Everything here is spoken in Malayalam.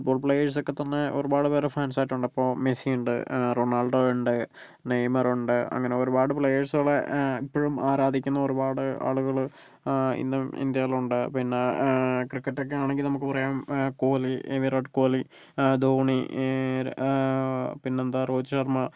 ഫുട്ബോൾ പ്ലെയേഴ്സൊക്കെ തന്നെ ഒരുപാട് പേരുടെ ഫാൻസ് ആയിട്ടുണ്ട് ഇപ്പോൾ മെസ്സിയുണ്ട് റൊണാൾഡോയുണ്ട് നെയ്മർ ഉണ്ട് അങ്ങനെ ഒരുപാട് പ്ലെയേസുകളെ ഇപ്പഴും ആരാധിക്കുന്ന ഒരുപാട് ആളുകള് ഇന്നും ഇന്ത്യയിലുണ്ട് പിന്നെ ക്രിക്കറ്റ് ഒക്കെയാണെങ്കിൽ നമുക്ക് പറയാം കോഹ്ലി വിരാട് കോഹ്ലി ധോണി പിന്നെന്താ രോഹിത് ശർമ